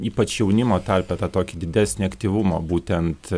ypač jaunimo tarpe tą tokį didesnį aktyvumą būtent